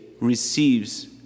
receives